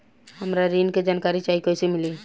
हमरा ऋण के जानकारी चाही कइसे मिली?